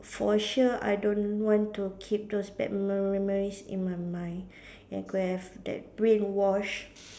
for sure I don't want to keep those bad me~ memories in my mind and could have that brain wash